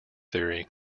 theory